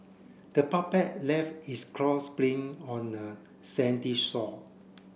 the puppet left its craws spring on the sandy shore